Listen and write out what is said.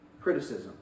criticism